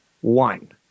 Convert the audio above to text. One